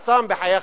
חסון, בחייך.